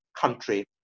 country